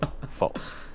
false